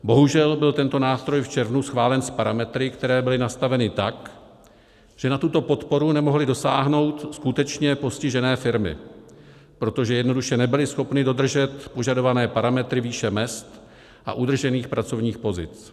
Bohužel byl tento nástroj v červnu schválen s parametry, které byly nastaveny tak, že na tuto podporu nemohly dosáhnout skutečně postižené firmy, protože jednoduše nebyly schopny dodržet požadované parametry výše mezd a udržených pracovních pozic.